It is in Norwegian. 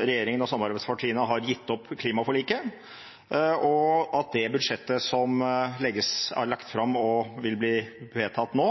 regjeringen og samarbeidspartiene har gitt opp klimaforliket, og at det budsjettet som er lagt fram og vil bli vedtatt nå,